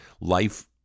life